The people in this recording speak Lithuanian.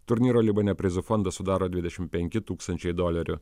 turnyro libane prizų fondą sudaro dvidešim penki tūkstančiai dolerių